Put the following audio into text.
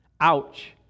Ouch